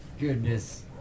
goodness